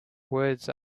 words